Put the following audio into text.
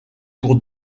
pour